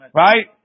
right